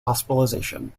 hospitalization